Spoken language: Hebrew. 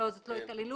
לא, זאת לא התעללות.